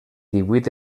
divuit